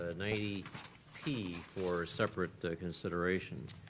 ah ninety p for separate consideration.